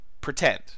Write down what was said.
pretend